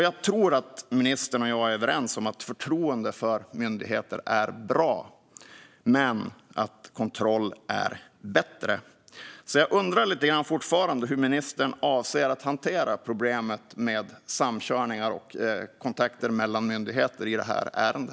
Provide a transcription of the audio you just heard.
Jag tror att ministern och jag är överens om att förtroende för myndigheter är bra men att kontroll är bättre. Jag undrar fortfarande hur ministern avser att hantera problemet med samkörningar och kontakter mellan myndigheter i detta ärende.